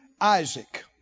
Isaac